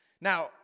Now